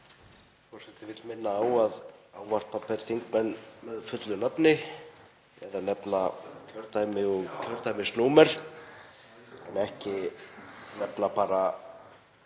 Forseti vill minna á að ávarpa ber þingmenn með fullu nafni eða nefna kjördæmi og kjördæmisnúmer en ekki nefna bara